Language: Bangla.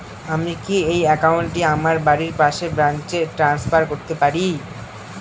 আমি কি এই একাউন্ট টি আমার বাড়ির পাশের ব্রাঞ্চে ট্রান্সফার করতে পারি?